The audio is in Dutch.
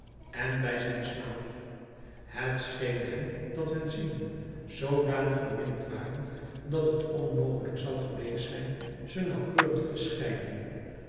en bij zijn slaaf het scheen hem dat hun zielen zoodanig vermengd waren dat het onmogelijk zou geweest zijn ze nauwkeurig te scheiden